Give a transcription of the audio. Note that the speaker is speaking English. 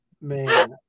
Man